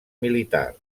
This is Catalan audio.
militar